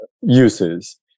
uses